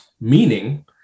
meaning